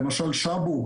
למשל שאבו,